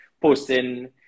posting